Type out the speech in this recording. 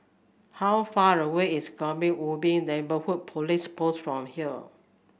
how far away is Kebun Ubi Neighbourhood Police Post from here